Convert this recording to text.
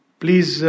please